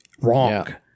wrong